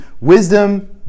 wisdom